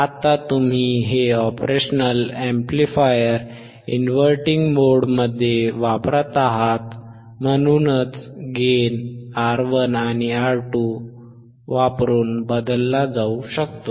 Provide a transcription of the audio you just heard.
आता तुम्ही हे ऑपरेशनल अॅम्प्लिफायर इनव्हर्टिंग मोडमध्ये वापरत आहात म्हणूनच गेन R1आणि R2 वापरून बदलला जाऊ शकतो